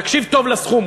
תקשיב טוב לסכום,